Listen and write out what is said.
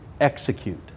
execute